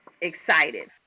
excited